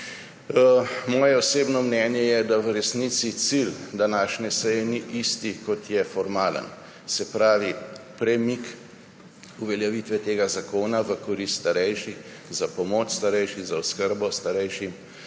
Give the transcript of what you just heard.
Moje osebno mnenje je, da v resnici cilj današnje seje ni isti, kot je formalen, se pravi premik uveljavitve tega zakona v korist starejših, za pomoč starejšim, za oskrbo starejšim